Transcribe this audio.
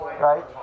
Right